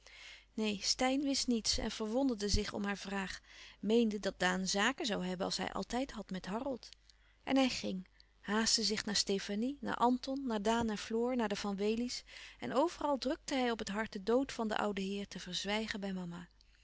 neen steyn wist niets en verwonderde zich om haar vraag meende dat daan zaken zoû hebben als hij altijd had met harold en hij ging haastte zich naar stefanie naar anton naar daan en floor naar de van wely's en overal drukte hij op het hart de dood van den ouden heer te verzwijgen bij mama